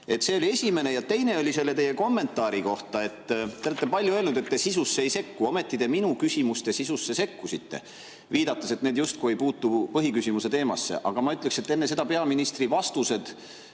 See oli esiteks. Teine [küsimus] on selle teie kommentaari kohta. Te olete palju öelnud, et te sisusse ei sekku, ometi te minu küsimuste sisusse sekkusite, viidates, et need justkui ei puutu põhiküsimuse teemasse. Aga ma ütleks, et peaministri vastused